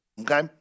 Okay